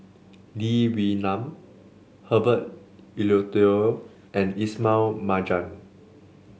Lee Wee Nam Herbert Eleuterio and Ismail Marjan